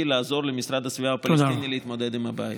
לעזור למשרד הסביבה הפלסטיני להתמודד עם הבעיה.